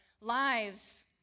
lives